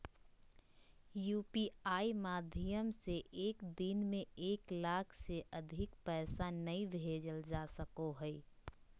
UPI माध्यम से एक दिन में एक लाख से अधिक पैसा नय भेजल जा सको हय